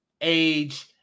age